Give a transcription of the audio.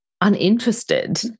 uninterested